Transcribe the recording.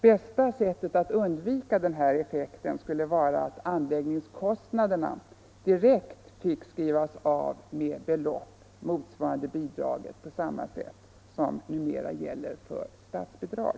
Bästa sättet att undvika denna effekt skulle vara att anläggningskostnaderna direkt fick skrivas av med belopp motsvarande bidraget på samma sätt som numera gäller för statsbidrag.